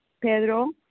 Pedro